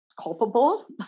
culpable